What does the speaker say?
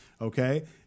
Okay